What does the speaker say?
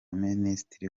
minisitiri